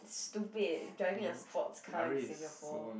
stupid driving a sports car in Singapore